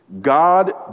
God